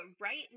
right